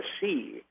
see